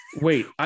Wait